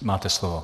Máte slovo.